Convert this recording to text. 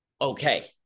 Okay